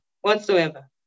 whatsoever